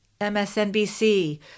MSNBC